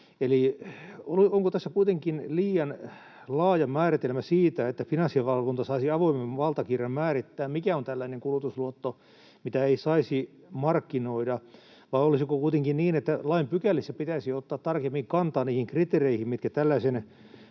onko tässä kuitenkin liian laaja määritelmä siitä, että Finanssivalvonta saisi avoimemman valtakirjan määrittää, mikä on tällainen kulutusluotto, mitä ei saisi markkinoida? Vai olisiko kuitenkin niin, että lain pykälissä pitäisi ottaa tarkemmin kantaa niihin kriteereihin, mitkä tällaisen